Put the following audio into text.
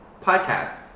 podcast